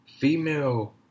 female